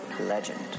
legend